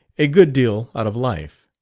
a good deal out of life.